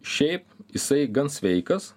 šiaip jisai gan sveikas